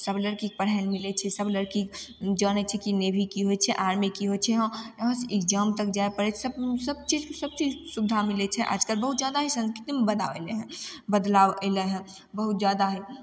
सब लड़कीके पढ़ाइ लए मिलय छै सब लड़की जानय छै कि नेवी की होइ छै आर्मी की होइ छै हँ एक्जाम तक जाइ पड़य छै सब चीज सब चीज सुविधा मिलय छै आजकल बहुत जादा ही संस्कृतिमे बदलाव एलय हइ बदलाव एलय हइ बहुत जादा ही